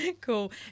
Cool